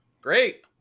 Great